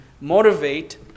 motivate